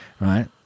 right